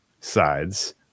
sides